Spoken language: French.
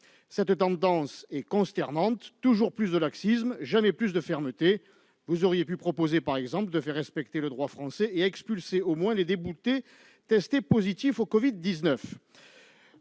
Cette tendance est consternante : toujours plus de laxisme, jamais plus de fermeté ! Vous auriez pu proposer, par exemple, de faire respecter le droit français et d'expulser au moins les déboutés testés positifs au Covid-19.